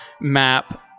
map